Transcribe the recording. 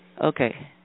Okay